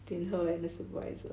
between her and the supervisor